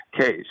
case